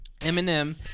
Eminem